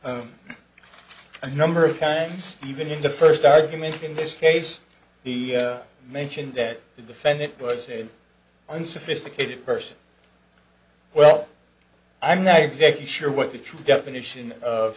thanks a number of times even in the first argument in this case he mentioned that the defendant was an unsophisticated person well i'm not exactly sure what the true definition of